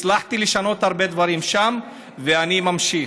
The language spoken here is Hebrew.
הצלחתי לשנות הרבה דברים שם, ואני ממשיך.